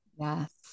Yes